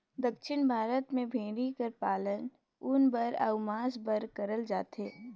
दक्खिन भारत में भेंड़ी कर पालन ऊन बर अउ मांस बर करल जाथे